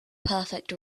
perfect